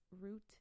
root